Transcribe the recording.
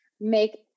make